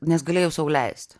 nes galėjau sau leisti